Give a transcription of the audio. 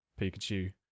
Pikachu